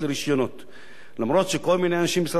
אף שכל מיני אנשים ממשרד המשפטים ניסו לטרפד את זה,